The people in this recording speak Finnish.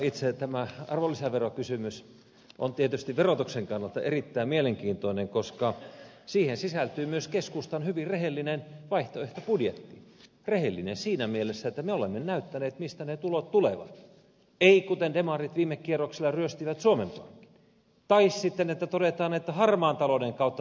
itse tämä arvonlisäverokysymys on tietysti verotuksen kannalta erittäin mielenkiintoinen koska siihen sisältyy myös keskustan hyvin rehellinen vaihtoehtobudjetti rehellinen siinä mielessä että me olemme näyttäneet mistä ne tulot tulevat ei niin kuten demarit viime kierroksella tekivät että ryöstettäisiin suomen pankki tai niin että todetaan että harmaan talouden kautta tulee lisää rahaa